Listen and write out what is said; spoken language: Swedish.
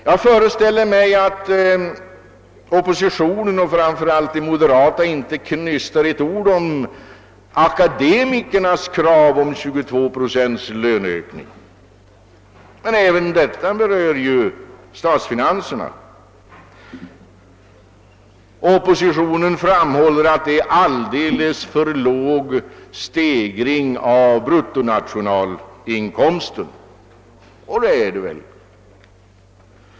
Jag föreställer mig att oppositionen, framför allt de moderata, inte knystar ett ord om akademikernas krav på 20 procents löneökning, men även det påverkar ju statsfinanserna. Oppositionen framhåller också att stegringen av vår bruttonationalinkomst är alldeles för dålig — och det är väl i och för sig sant.